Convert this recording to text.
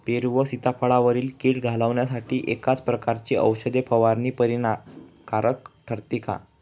पेरू व सीताफळावरील कीड घालवण्यासाठी एकाच प्रकारची औषध फवारणी परिणामकारक ठरते का?